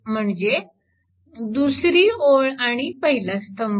म्हणजे दुसरी ओळ आणि पहिला स्तंभ